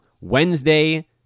Wednesday